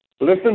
Listen